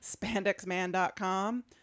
spandexman.com